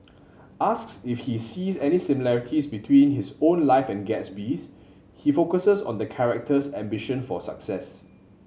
asks if he sees any similarities between his own life and Gatsby's he focuses on the character's ambition for success